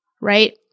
right